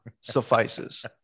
suffices